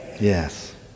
Yes